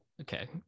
Okay